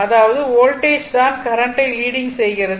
அதாவது வோல்டேஜ் தான் கரண்ட்டை லீடிங் செய்கிறது